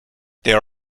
there